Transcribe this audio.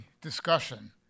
discussion